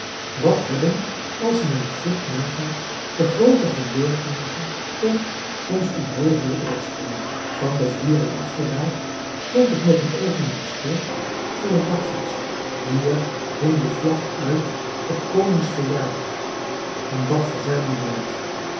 wat hebben als men het goed nagaat de groote gebeurtenissen toch soms onnoozele oorsprongen van de vliering afgedaald stond ik nog een oogenblik stil voor het dakvenster hier hing de vlag uit op koningsverjaardag want dat verzuimde nooit